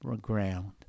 ground